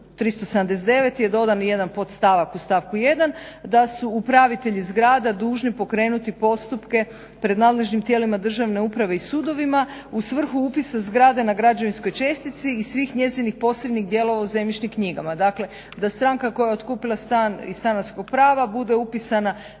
379. je dodan jedan podstavak u stavku 1. da su upravitelji zgrada dužni pokrenuti postupke pred nadležnim tijelima državne uprave i sudovima u svrhu upisa zgrade na građevinskoj čestici i svih njezinih posebnih dijelova u zemljišnim knjigama. Dakle, da stranka koja je otkupila stan iz stanarskog prava bude upisana